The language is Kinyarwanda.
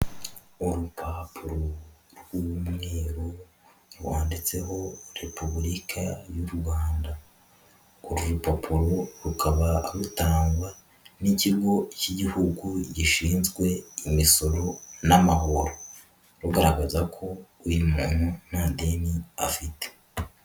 Urupapuro rw'umweru rwanditseho Repubulika y'u Rwanda, uru rupapuro rukaba rutangwa n'ikigo cy' igihugu gishinzwe imisoro n'amahoro, rugaragaza ko uyu muntu nta deni afite.